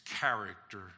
character